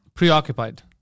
Preoccupied